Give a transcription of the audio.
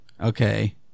Okay